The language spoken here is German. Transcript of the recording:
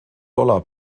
dollar